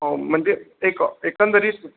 हो म्हणजे एक एकंदरित